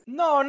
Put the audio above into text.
no